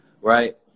Right